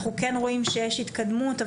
אנחנו כן רואים שיש התמקדות,